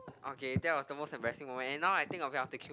okay that was the most embarrassing moment and now I think of it I will take it